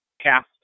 cast